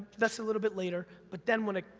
that's a little bit later, but then when it,